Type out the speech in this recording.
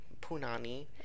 punani